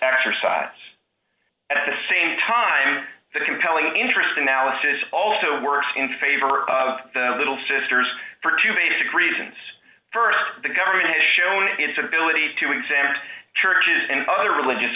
exercise at the same time the compelling interest analysis also works in favor of the little sisters for two basic reasons st the government has shown its abilities to exempt churches and other religious